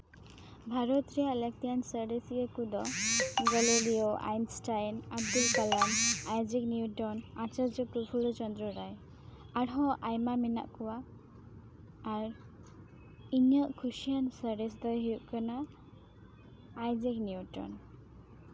ᱵᱷᱟᱨᱚᱛ ᱨᱮᱭᱟᱜ ᱞᱟᱹᱠᱛᱤᱭᱟᱱ ᱥᱟᱬᱮᱥᱤᱭᱟᱹ ᱠᱚᱫᱚ Galileo Einstein Abdul Kalam Isaac Newton Acharya Prafulla Chandra Ray ᱟᱨᱦᱚᱸ ᱟᱭᱢᱟ ᱢᱮᱱᱟᱜ ᱠᱚᱣᱟ ᱟᱨ ᱤᱧᱟᱹᱜ ᱠᱩᱥᱤᱭᱟᱱ ᱥᱟᱬᱮᱥ ᱫᱚᱭ ᱦᱩᱭᱩᱜ ᱠᱟᱱᱟ ᱟᱭᱡᱟᱠ ᱱᱤᱭᱩᱴᱚᱱ